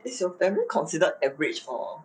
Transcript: is your family considered average or